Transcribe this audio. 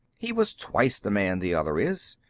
he was twice the man the other is.